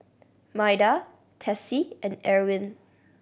Maida Tessie and Erwin